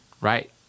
right